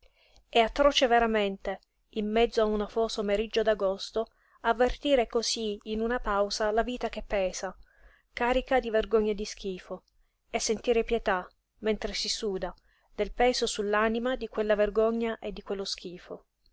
è atroce veramente in mezzo a un afoso meriggio d'agosto avvertire cosí in una pausa la vita che pesa carica di vergogna e di schifo e sentire pietà mentre si suda del peso sull'anima di quella vergogna e di quello schifo